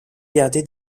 gardé